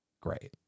great